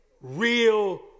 real